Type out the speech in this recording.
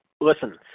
Listen